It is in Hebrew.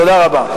תודה רבה.